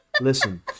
listen